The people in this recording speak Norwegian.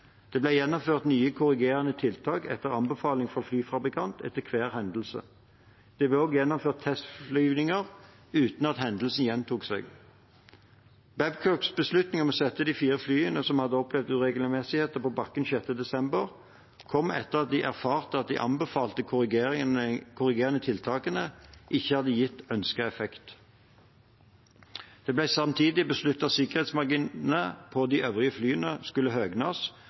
Det ble gjennomført nye korrigerende tiltak etter anbefaling fra flyfabrikant etter hver hendelse. Det ble også gjennomført testflygninger uten at hendelsen gjentok seg. Babcocks beslutning om å sette de fire flyene som hadde opplevd uregelmessigheten på bakken 6. desember, kom etter at de erfarte at de anbefalte korrigerende tiltakene ikke hadde gitt ønsket effekt. Det ble samtidig besluttet at sikkerhetsmarginene på de øvrige flyene skulle